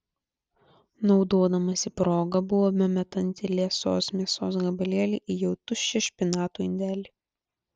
naudodamasi proga buvo bemetanti liesos mėsos gabalėlį į jau tuščią špinatų indelį